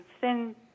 thin